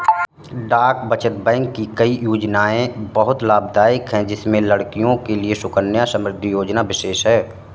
डाक बचत बैंक की कई योजनायें बहुत लाभदायक है जिसमें लड़कियों के लिए सुकन्या समृद्धि योजना विशेष है